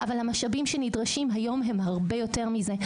אבל המשאבים שנדרשים היום הם הרבה יותר מזה.